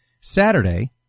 Saturday